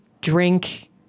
drink